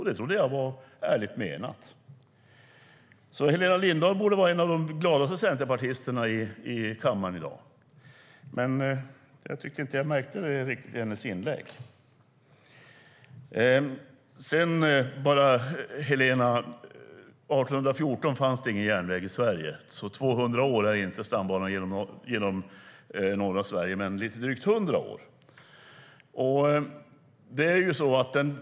Det trodde jag var ärligt menat. Helena Lindahl borde vara en av de gladaste centerpartisterna i kammaren i dag, men jag tyckte inte att jag märkte det i hennes inlägg. Helena! År 1814 fanns det ingen järnväg i Sverige. Stambanan genom norra Sverige är alltså inte 200 år, men den är lite drygt 100 år.